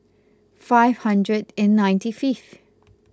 five hundred and ninety fifth